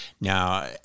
Now